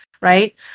right